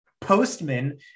Postman